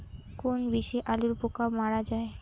কোন বিষে আলুর পোকা মারা যায়?